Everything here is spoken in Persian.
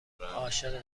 عاشق